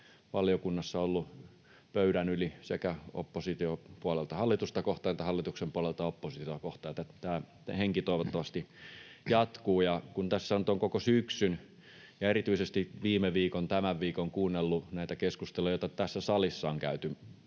valiokunnassa ollut pöydän yli sekä opposition puolelta hallitusta kohtaan että hallituksen puolelta oppositiota kohtaan. Tämä henki toivottavasti jatkuu. Kun tässä nyt on koko syksyn ja erityisesti viime viikon, tämän viikon kuunnellut näitä keskusteluja, joita tässä salissa on käyty